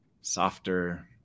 softer